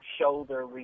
shoulder